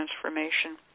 transformation